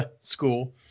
school